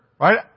right